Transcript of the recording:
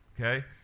Okay